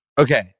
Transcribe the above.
Okay